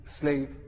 slave